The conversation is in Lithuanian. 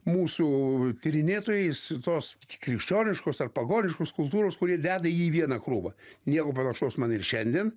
mūsų tyrinėtojais tos krikščioniškos ar pagoniškos kultūros kurie deda jį į vieną krūvą nieko panašaus man ir šiandien